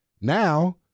Now